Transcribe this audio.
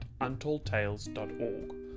untoldtales.org